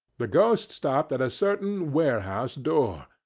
the ghost stopped at a certain warehouse door,